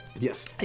Yes